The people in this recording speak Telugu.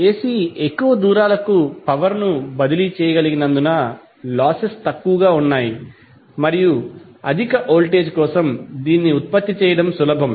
ఎసి ఎక్కువ దూరాలకు పవర్ ను బదిలీ చేయగలిగినందున లాసెస్ తక్కువగా ఉన్నాయి మరియు అధిక వోల్టేజ్ కోసం దీనిని ఉత్పత్తి చేయడం సులభం